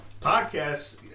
Podcasts